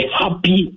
happy